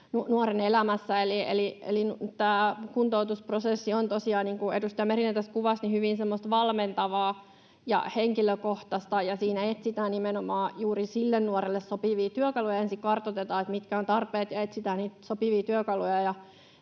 nuoren elämässä. Eli tämä kuntoutusprosessi on tosiaan, niin kuin edustaja Merinen tässä kuvasi, semmoista hyvin valmentavaa ja henkilökohtaista, ja siinä etsitään nimenomaan juuri sille nuorelle sopivia työkaluja. Ensin kartoitetaan, mitkä ovat tarpeet, ja sitten etsitään sopivia työkaluja.